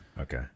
Okay